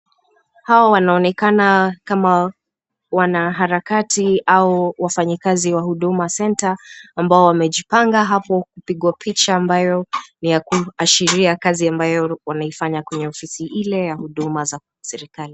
Hawa wanaonekana kama wanaharakati au wafanyikazi wa huduma center ambao wamejipanga hapo kupigwa picha ambayo ni ya kuashiria kazi ambayo wanaifanya kwenye ofisi ile ya huduma za serikali.